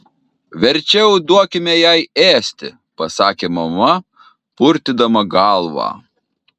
verčiau duokime jai ėsti pasakė mama purtydama galvą